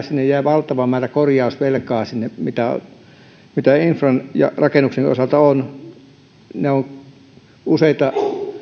sinne jää valtava määrä korjausvelkaa mitä mitä infran ja rakennusten osalta on kun ne ovat useita